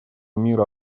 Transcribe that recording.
мира